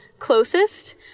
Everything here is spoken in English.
closest